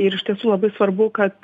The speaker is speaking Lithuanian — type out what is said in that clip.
ir iš tiesų labai svarbu kad